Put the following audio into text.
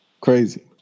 Crazy